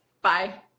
bye